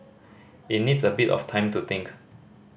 it needs a bit of time to think